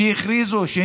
תכף.